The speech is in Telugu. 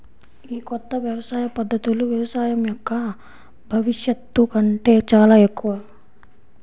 ఈ కొత్త వ్యవసాయ పద్ధతులు వ్యవసాయం యొక్క భవిష్యత్తు కంటే చాలా ఎక్కువ